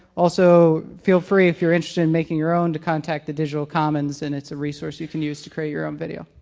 also feel free, if you're interested in making you're own, to contact the digital commons and it's a resource you can use to create your own video.